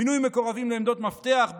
מינוי מקורבים לעמדות מפתח,